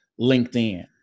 linkedin